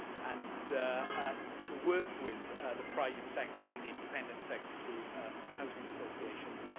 and to work with the private sector and independent sector through housing associations.